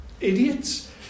idiots